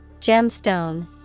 Gemstone